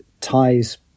ties